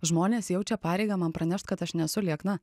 žmonės jaučia pareigą man pranešt kad aš nesu liekna